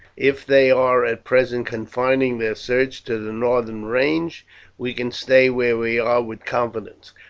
if they are at present confining their search to the northern range we can stay where we are with confidence.